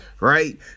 right